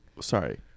sorry